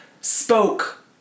spoke